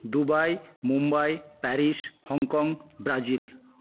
Dubai Mumbai Paris Hong Kong Brazil